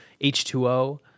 H2O